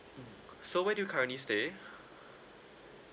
mm so where do you currently stay